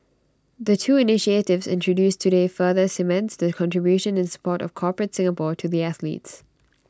the two initiatives introduced today further cements the contribution and support of corporate Singapore to the athletes